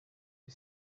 you